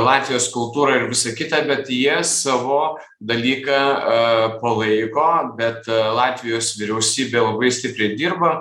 latvijos kultūrą ir visa kita bet jie savo dalyką palaiko bet latvijos vyriausybė labai stipriai dirba